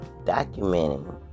documenting